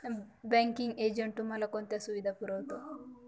Banking agent तुम्हाला कोणत्या सुविधा पुरवतो?